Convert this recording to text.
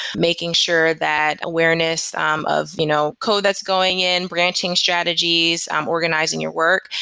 making sure that awareness um of you know code that's going in, branching strategies, um organizing your work.